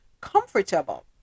comfortable